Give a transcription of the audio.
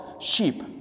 sheep